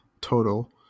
total